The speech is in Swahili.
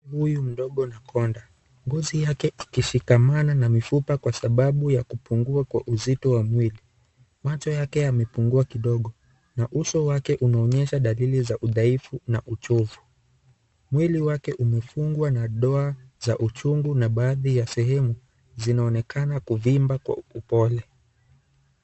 Huyu mdogo na konda ngozi yake ikishikamana na mifupa kwa sababu ya kupungua kwa uzito wa mwili. Macho yake yamepungua kidogo na uso wake unaonyesha dalili za udhaifu na uchovu. Mwili wake umefungwa na doa za uchungu na baadhi ya sehemu zinaonekana kuvimba kwa upole.